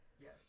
Yes